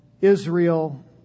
Israel